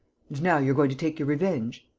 now you're going to take your revenge?